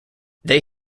they